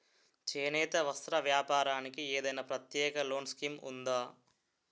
చేనేత వస్త్ర వ్యాపారానికి ఏదైనా ప్రత్యేక లోన్ స్కీం ఉందా?